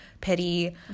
pity